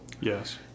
yes